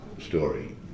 story